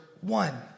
one